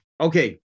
Okay